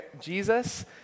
Jesus